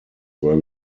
were